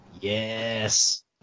Yes